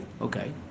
Okay